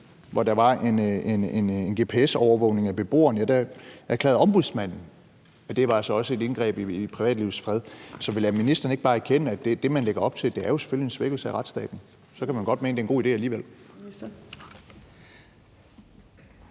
hvor der var en gps-overvågning af beboeren, erklærede Ombudsmanden, at det altså også var et indgreb i privatlivets fred. Så vil ministeren ikke bare erkende, at det, man lægger op til, selvfølgelig er en svækkelse af retsstaten? Så kan man jo godt mene, det er en god idé alligevel.